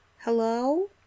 Hello